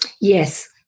Yes